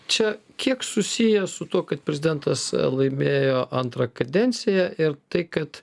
čia kiek susiję su tuo kad prezidentas laimėjo antrą kadenciją ir tai kad